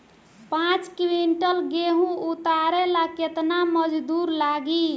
पांच किविंटल गेहूं उतारे ला केतना मजदूर लागी?